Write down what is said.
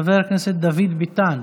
חבר הכנסת דוד ביטן,